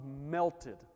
melted